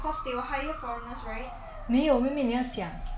foreigners leh 不是 foreign workers leh